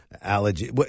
Allergy